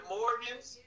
Morgan's